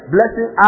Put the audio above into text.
Blessing